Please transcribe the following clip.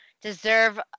deserve